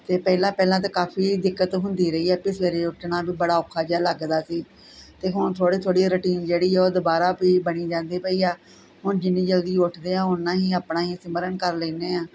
ਫੇਰ ਪਹਿਲਾਂ ਪਹਿਲਾਂ ਤਾਂ ਕਾਫ਼ੀ ਦਿੱਕਤ ਹੁੰਦੀ ਰਹੀ ਐ ਪੀ ਸਵੇਰੇ ਉੱਠਣਾ ਵੀ ਬੜਾ ਔਖਾ ਜਿਆ ਲੱਗਦਾ ਸੀ ਤੇ ਹੁਣ ਥੋੜੀ ਥੋੜੀ ਰੁਟੀਨ ਜਿਹੜੀ ਐ ਉਹ ਦੁਬਾਰਾ ਪੀ ਬਣੀ ਜਾਂਦੀ ਪਈ ਆ ਹੁਣ ਜਿੰਨੀ ਜਲਦੀ ਉੱਠ ਦੇ ਆਂ ਓਨਾ ਹੀ ਆਪਣਾ ਈ ਸਿਮਰਨ ਕਰ ਲੈਨੇ ਆਂ